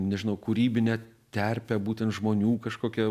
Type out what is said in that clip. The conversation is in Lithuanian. nežinau kūrybinę terpę būtent žmonių kažkokia